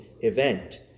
event